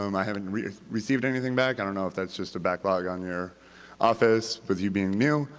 um i haven't received anything back. i don't know if that's just a backlog on your office with you being new,